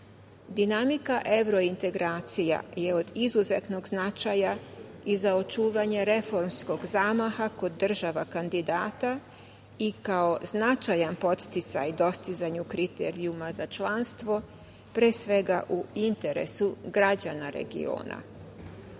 EU.Dinamika evrointegracija je od izuzetnog značaja i za očuvanje reformskog zamaha kod država kandidata i kao značajan podsticaj dostizanju kriterijuma za članstvo, pre svega u interesu građana